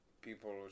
people